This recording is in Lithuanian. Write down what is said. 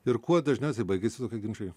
ir kuo dažniausiai baigiasi tokie ginčai